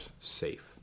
safe